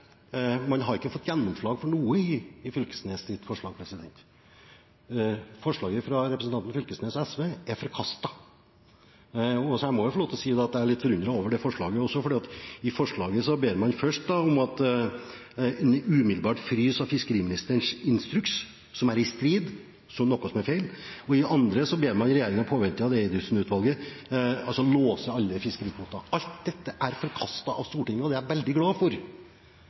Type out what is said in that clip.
man ikke har fått gjennomslag for noe i hans forslag. Forslaget fra representanten Knag Fylkesnes og SV er forkastet. Jeg må få lov til å si at jeg også er litt forundret over det forslaget, for i forslaget ber man først om umiddelbar frys av fiskeriministerens instruks, som er i strid, som noe som er feil, og så ber man regjeringen i påvente av Eidesen-utvalget låse alle fiskerikvoter. Alt dette er forkastet av Stortinget, og det er jeg veldig glad for.